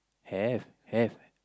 have have